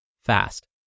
fast